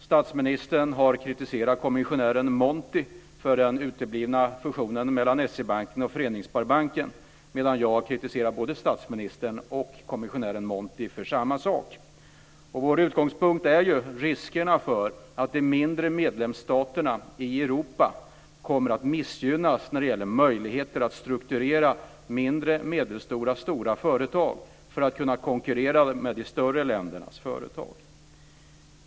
Statsministern har kritiserat kommissionären Monti för den uteblivna fusionen mellan SEB och Föreningssparbanken, medan jag kritiserar både statsministern och kommissionären Monti för samma sak. Vår utgångspunkt är riskerna för att de mindre medlemsstaterna i Europa kommer att missgynnas när det gäller möjligheter att strukturera mindre, medelstora och stora företag för att kunna konkurrera med de större ländernas företag.